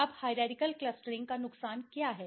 अब hierarchical clustering का नुकसान क्या है